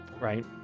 right